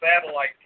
satellite